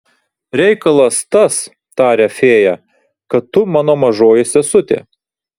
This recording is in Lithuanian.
reikalas tas taria fėja kad tu mano mažoji sesutė